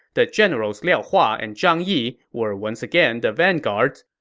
the generals liao hua and zhang yi were once again the vanguards.